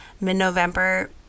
mid-November